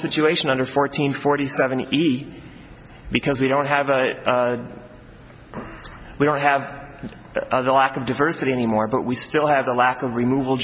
situation under fourteen forty seven eat because we don't have we don't have a lack of diversity anymore but we still have a lack of remov